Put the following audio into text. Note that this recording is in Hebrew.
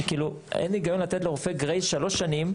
אין היגיון לתת לרופא גרייס שלוש שנים,